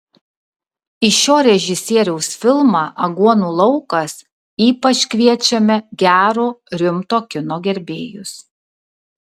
į šio režisieriaus filmą aguonų laukas ypač kviečiame gero rimto kino gerbėjus